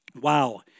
wow